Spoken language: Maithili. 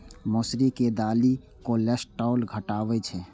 मौसरी के दालि कोलेस्ट्रॉल घटाबै छै